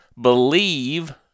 believe